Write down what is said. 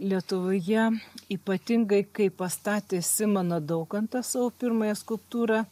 lietuvoje ypatingai kai pastatė simoną daukantą savo pirmąją skulptūrą